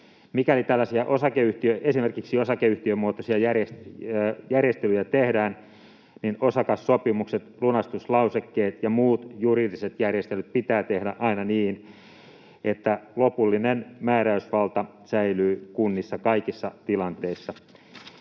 Mikäli tällaisia esimerkiksi osakeyhtiömuotoisia järjestelyjä tehdään, osakassopimukset, lunastuslausekkeet ja muut juridiset järjestelyt pitää tehdä aina niin, että lopullinen määräysvalta säilyy kunnissa kaikissa tilanteissa.